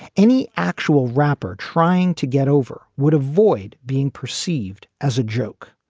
any actual rapper trying to get over would avoid being perceived as a joke.